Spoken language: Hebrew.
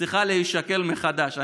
צריכה להישקל מחדש.